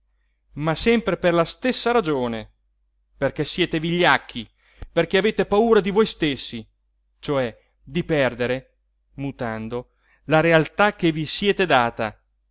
ma sempre per la stessa ragione perché siete vigliacchi perché avete paura di voi stessi cioè di perdere mutando la realtà che vi siete data